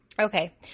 Okay